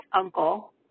uncle